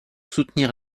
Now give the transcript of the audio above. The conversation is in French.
soutenir